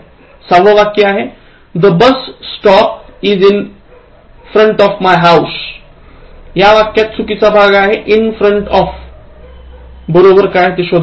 सहावं The bus stop is in front of my house या वाक्यात चुकीचा भाग आहे in front of बरोबर शोध